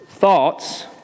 Thoughts